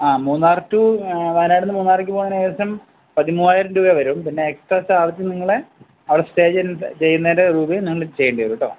ആ മൂന്നാർ റ്റു വയനാട് നിന്ന് മൂന്നാറിലേക്ക് പോകാന് ഏകദേശം പതിമൂവായിരം രൂപ വരും പിന്നെ എക്ട്ര ചാർജ്ജ് നിങ്ങള് അവിടെ സ്റ്റേ ചെയ്യുന്നതിന്റെ രൂപയും നിങ്ങള് ചെയ്യേണ്ടിവരും കേട്ടോ